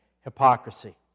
hypocrisy